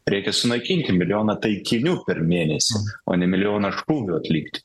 reikia sunaikinti milijoną taikinių per mėnesį o ne milijoną šūviu atlikti